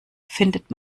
findet